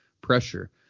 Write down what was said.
pressure